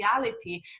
reality